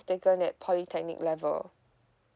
taken at polytechnic level